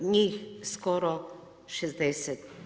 Njih skoro 60%